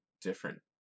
different